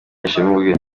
ashima